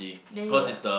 then you will